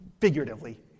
figuratively